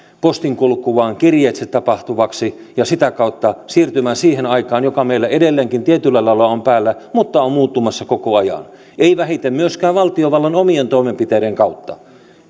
postinkulkuaan kirjeitse tapahtuvaksi ja sitä kautta siirtymään siihen aikaan joka meillä edelleenkin tietyllä lailla on päällä mutta on muuttumassa koko ajan ei vähiten myöskään valtiovallan omien toimenpiteiden kautta